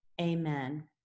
amen